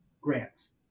grants